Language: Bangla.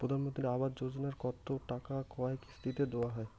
প্রধানমন্ত্রী আবাস যোজনার টাকা কয় কিস্তিতে দেওয়া হয়?